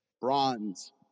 Bronze